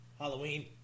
Halloween